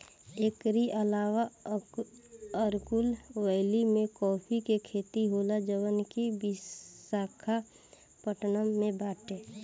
एकरी अलावा अरकू वैली में काफी के खेती होला जवन की विशाखापट्टनम में बाटे